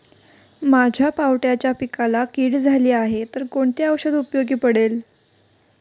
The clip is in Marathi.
माझ्या पावट्याच्या पिकाला कीड झाली आहे तर कोणते औषध उपयोगी पडेल?